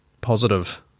positive